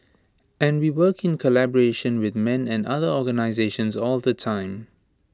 and we work in collaboration with men and other organisations all the time